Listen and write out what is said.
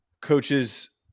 coaches